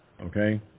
Okay